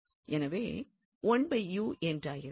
எனவே என்றாகிறது